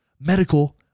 medical